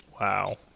Wow